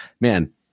man